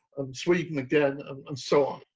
i'm sleeping again um and so on,